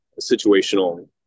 situational